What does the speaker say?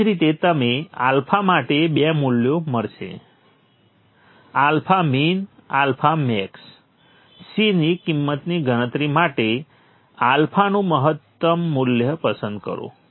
એવી જ રીતે તમને આલ્ફા માટે 2 મૂલ્યો મળશે alpha min alpha max C ની કિંમતની ગણતરી માટે આલ્ફાનું મહત્તમ મૂલ્ય પસંદ કરો